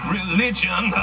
religion